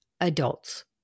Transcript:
adults